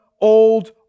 old